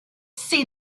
say